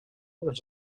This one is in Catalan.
dels